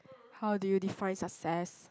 how do you define success